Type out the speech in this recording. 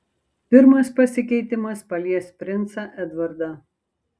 pirmas pasikeitimas palies princą edvardą